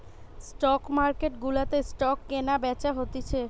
stock market গুলাতে stock কেনা বেচা হতিছে